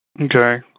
Okay